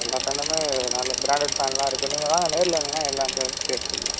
எல்லா ஃபேனுமே நல்ல பிராண்டட் ஃபேன்லாம் இருக்கு நீங்கள் வாங்க நேரில் வந்தீங்கன்னா எல்லாம் பேசி எடுத்துக்கலாம்